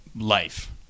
Life